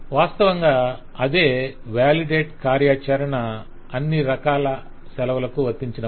వాస్తవంగా అదే వాలిడేట్ కార్యాచరణ అన్ని రకాల సెలవులకు వర్తించినప్పటికి